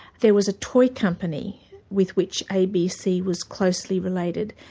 there was a toy company with which abc was closely related,